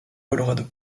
colorado